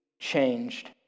changed